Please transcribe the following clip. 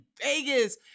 Vegas